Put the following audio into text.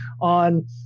on